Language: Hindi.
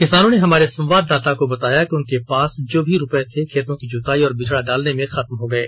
किसानों ने हमारे संवाददाता को बताया कि उनके पॉस जो भी रुपये थे खेतों की जुंताई और बिचड़ा डालने में समाप्त हो गये